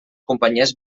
companyies